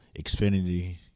Xfinity